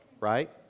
Right